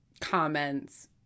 comments